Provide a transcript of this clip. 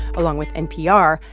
along with npr,